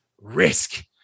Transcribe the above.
risk